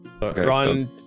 Ron